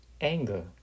anger